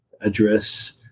address